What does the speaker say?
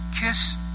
kiss